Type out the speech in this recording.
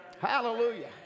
Hallelujah